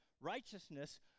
righteousness